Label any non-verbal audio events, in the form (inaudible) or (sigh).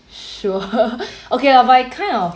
sure (laughs) okay lah but it kind of